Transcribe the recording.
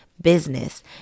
business